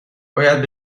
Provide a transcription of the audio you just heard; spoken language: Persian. باید